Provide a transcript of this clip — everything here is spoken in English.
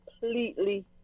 completely